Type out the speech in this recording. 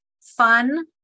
fun